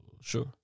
sure